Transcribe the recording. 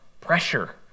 pressure